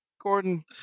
Gordon